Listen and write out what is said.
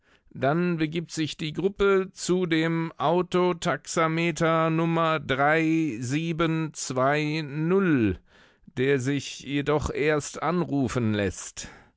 dann begibt sich die gruppe zu dem autotaxameter nr null der sich jedoch erst anrufen läßt